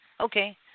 Okay